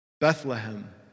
Bethlehem